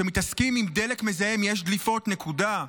כשמתעסקים עם דלק מזהם יש דליפות, נקודה.